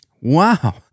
wow